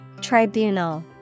Tribunal